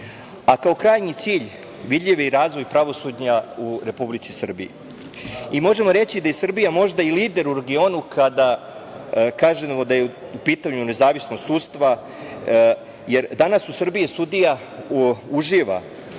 a kao krajnji cilj vidljivi razvoj pravosuđa u Republici Srbiji. Možemo reći da i Srbija možda i lider u regionu kada kažemo da je u pitanju nezavisnost sudstva, jer danas u Srbiji sudija uživa